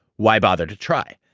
why bother to try.